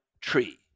tree